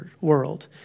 world